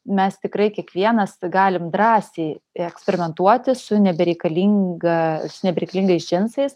mes tikrai kiekvienas galim drąsiai eksperimentuoti su nebereikalinga su nebereikalingais džinsais